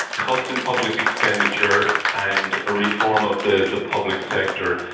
cuts in public expenditure and ah reform of the the public sector,